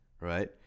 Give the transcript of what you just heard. right